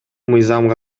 мыйзамга